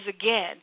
again